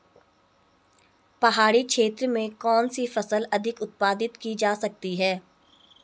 पहाड़ी क्षेत्र में कौन सी फसल अधिक उत्पादित की जा सकती है?